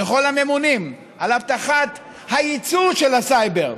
לכל הממונים על הבטחת הייצור של הסייבר,